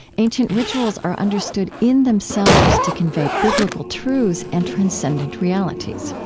ancient rituals are understood in themselves to convey biblical truths and transcendent realities